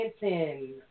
dancing